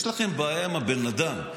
יש לכם בעיה עם הבן אדם.